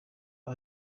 aba